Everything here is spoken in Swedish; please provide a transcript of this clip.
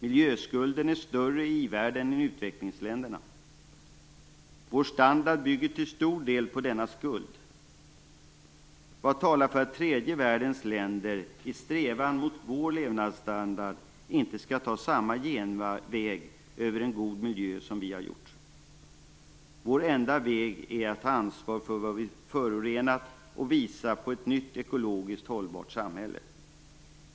Miljöskulden är större i i-världen än i utvecklingsländerna. Vår standard bygger till stor del på denna skuld. Vad talar för att tredje världens länder i sin strävan mot vår levnadsstandard inte skall ta samma genväg förbi en god miljö som vi har gjort? Vår enda väg är att ta ansvar för vad vi har förorenat och visa på ett nytt, ekologiskt hållbart samhälle.